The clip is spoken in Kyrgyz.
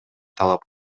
талап